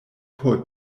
por